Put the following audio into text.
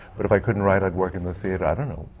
but if i couldn't write, i'd work in the theatre. i don't know.